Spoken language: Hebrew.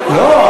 לא,